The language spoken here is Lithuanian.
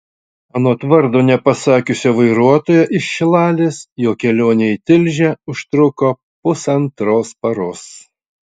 anot vardo nepasakiusio vairuotojo iš šilalės jo kelionė į tilžę užtruko pusantros paros